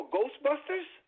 Ghostbusters